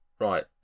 Right